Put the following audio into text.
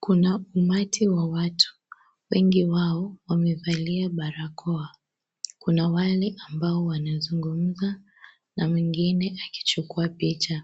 Kuna umati wa watu wengi wao wamevalia barakoa kuna wale ambao wanazungumza na mwingine akichukua picha,